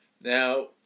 Now